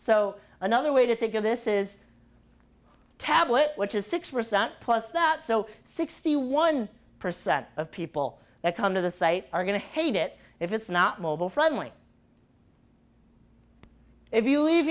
so another way to think of this is tablet which is six percent plus that so sixty one percent of people that come to the site are going to hate it if it's not mobile friendly if you leave